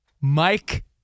Mike